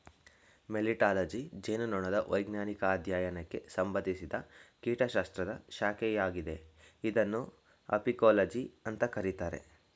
melittology ಜೇನುನೊಣದ ವೈಜ್ಞಾನಿಕ ಅಧ್ಯಯನಕ್ಕೆ ಸಂಬಂಧಿಸಿದ ಕೀಟಶಾಸ್ತ್ರದ ಶಾಖೆಯಾಗಿದೆ ಇದನ್ನು ಅಪಿಕೋಲಜಿ ಅಂತ ಕರೀತಾರೆ